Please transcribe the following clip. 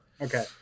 okay